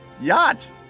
yacht